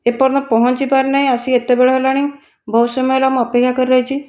ଏପର୍ଯ୍ୟନ୍ତ ପହଞ୍ଚିପାରି ନାହିଁ ଆସିକି ଏତେ ବେଳ ହେଲାଣି ବହୁତ ସମୟ ହେଲା ମୁଁ ଅପେକ୍ଷା କରି ରହିଛି